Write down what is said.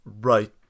right